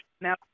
now